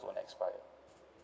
don't expire